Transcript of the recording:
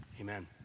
amen